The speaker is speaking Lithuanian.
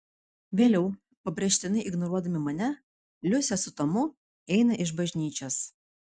vėliau pabrėžtinai ignoruodami mane liusė su tomu eina iš bažnyčios